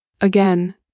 Again